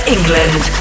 England